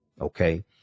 okay